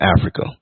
Africa